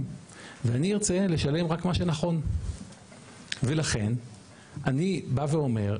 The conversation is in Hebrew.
ואני ארצה לשלם רק מה שנכון ולכן אני בא ואומר,